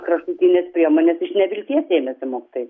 kraštutinės priemonės iš nevilties ėmėsi mokytojai